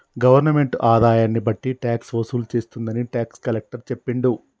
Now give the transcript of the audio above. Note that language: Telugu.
గవర్నమెంటు ఆదాయాన్ని బట్టి ట్యాక్స్ వసూలు చేస్తుందని టాక్స్ కలెక్టర్ చెప్పిండు